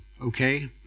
Okay